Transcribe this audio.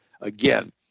Again